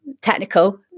technical